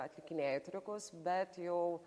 atlikinėju triukus bet jau